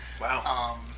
Wow